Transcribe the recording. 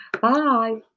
Bye